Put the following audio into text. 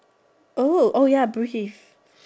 oh oh ya Bruce if